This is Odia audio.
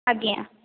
ଆଜ୍ଞା